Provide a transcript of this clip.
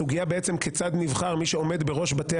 הסוגיה כיצד נבחר מי שעומד בראש בתי